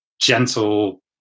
gentle